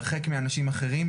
הרחק מאנשים אחרים.